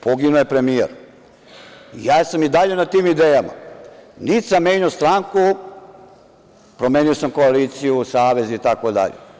Poginuo je premijer, ja sam i dalje na tim idejama, nit sam menjao stranku, promenio sam koaliciju, savez itd.